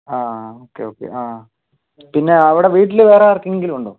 ആ okay okay ആ പിന്നെ അവിടെ വീട്ടിൽ വേറെ ആർക്കെങ്കിലും ഉണ്ടോ